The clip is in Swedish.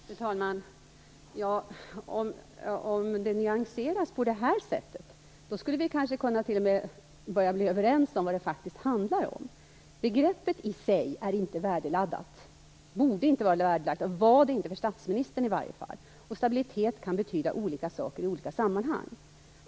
Fru talman! Om begreppet nyanseras på det här sättet skulle vi kanske t.o.m. kunna bli överens om vad det faktiskt handlar om. Ordet stabilitet är i sig inte värdeladdat, det var det i varje fall inte för statsministern. Stabilitet kan betyda olikas saker i olika sammanhang.